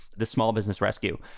the small business rescue.